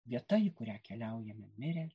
vieta į kurią keliaujame mirę